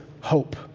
hope